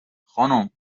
خانم